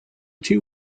two